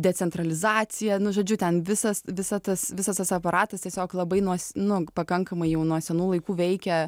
decentralizacija nu žodžiu ten visas visa tas visas aparatas tiesiog labai nuos nu pakankamai jau nuo senų laikų veikia